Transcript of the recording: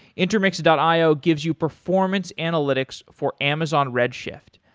intermix and io gives you performance analytics for amazon redshift.